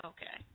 Okay